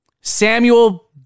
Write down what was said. Samuel